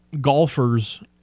golfers